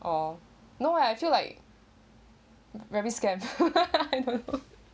or no I feel like very scared I don't know